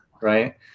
right